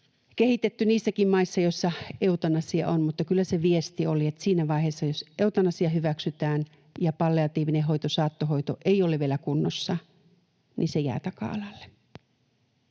kehitetty niissäkin maissa, joissa eutanasia on, mutta kyllä se viesti oli, että siinä vaiheessa, jos eutanasia hyväksytään ja palliatiivinen hoito, saattohoito, ei ole vielä kunnossa, niin se jää taka-alalle.